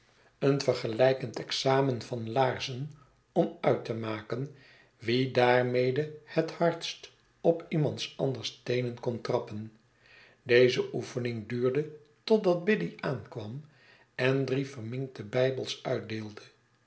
een vergelijkend examen van laarzen om uit te maken wie daarmede het hardst op iemands anders teenen kon trappen deze oefening duurde totdat biddy aankwam en drie verminkte bijbels uitdeelde